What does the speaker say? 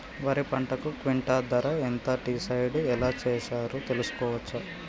వరి పంటకు క్వింటా ధర ఎంత డిసైడ్ ఎలా చేశారు తెలుసుకోవచ్చా?